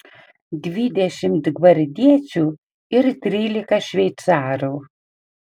dvidešimt gvardiečių ir trylika šveicarų